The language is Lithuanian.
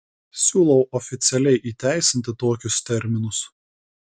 siūlau oficialiai įteisinti tokius terminus